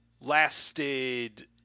lasted